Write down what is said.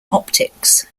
optics